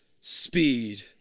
Speed